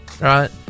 right